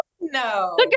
No